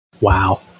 Wow